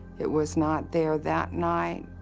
it was not there that night.